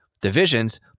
divisions